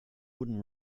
wooden